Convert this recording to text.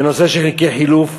בנושא של חלקי חילוף,